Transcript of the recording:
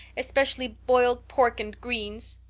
especially boiled pork and greens.